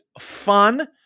fun